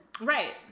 Right